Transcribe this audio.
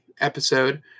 episode